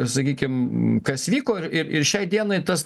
sakykim kas vyko ir ir šiai dienai tas